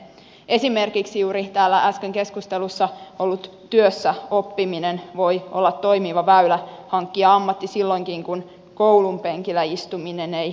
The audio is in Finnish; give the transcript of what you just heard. esimerkiksi juuri täällä äsken keskustelussa ollut työssäoppiminen voi olla toimiva väylä hankkia ammatti silloinkin kun koulunpenkillä istuminen ei maita